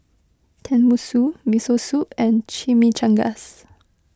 Tenmusu Miso Soup and Chimichangas